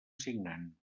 signant